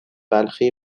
بلخی